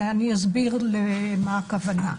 ואני אסביר למה הכוונה: